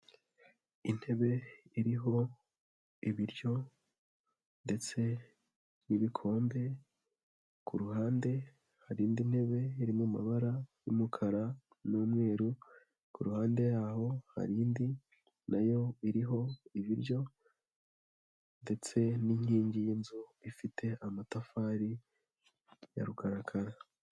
Intebe iriho ibiryo ndetse n'ibikombe, ku ruhande hari indi ntebe iri mu mabara y'umukara n'umweru, ku ruhande yaho hari indi na yo iriho ibiryo ndetse n'inkingi y'inzu ifite amatafari ya rukarakara.